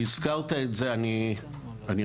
והזכרת את זה, הוא לא ברזלים, הוא